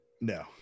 no